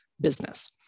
business